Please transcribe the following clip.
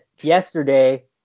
yesterday